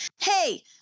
Hey